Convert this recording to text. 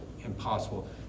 impossible